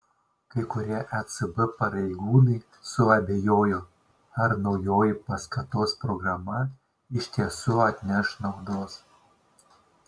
kai kurie ecb pareigūnai suabejojo ar naujoji paskatos programa iš tiesų atneš naudos